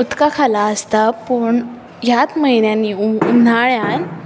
उदका खाला आसता पूण ह्याच म्हयन्यांनी उन्हाळ्यांत